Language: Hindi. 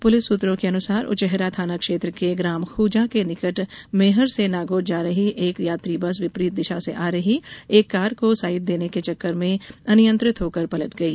पुलिस सूत्रों के अनुसार उचेहरा थाना क्षेत्र के ग्राम खूजा के निकट मैहर से नागौद जा रही एक यात्री बस विपरीत दिशा से आ रही एक कार को साइड देने के चक्कर में अनियंत्रित होकर पलट गई